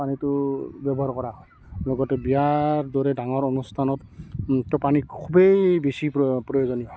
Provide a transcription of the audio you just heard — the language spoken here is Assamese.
পানীটো ব্যৱহাৰ কৰা হয় লগতে বিয়াৰ দৰে ডাঙৰ অনুষ্ঠানত পানী খুবেই বেছি প্ৰ প্ৰয়োজনীয় হয়